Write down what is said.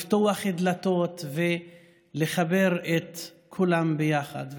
לפתוח דלתות ולחבר את כולם ביחד.